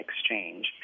exchange